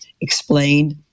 Explained